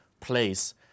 place